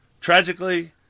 Tragically